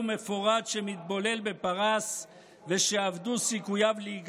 בצה"ל ובמערכת החינוך.